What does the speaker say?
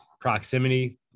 proximity